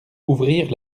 ouvrir